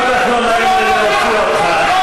כל כך לא נעים לי להוציא אותך.